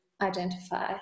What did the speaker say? identify